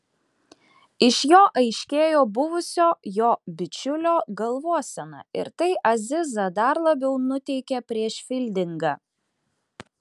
iš jo aiškėjo buvusio jo bičiulio galvosena ir tai azizą dar labiau nuteikė prieš fildingą